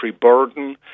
burden